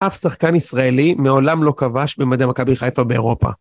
אף שחקן ישראלי מעולם לא קבש במדעי מקווי חיפה באירופה.